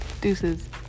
deuces